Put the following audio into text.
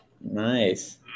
Nice